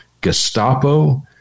Gestapo